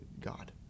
God